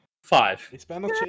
Five